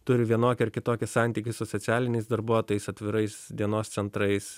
turi vienokį ar kitokį santykį su socialiniais darbuotojais atvirais dienos centrais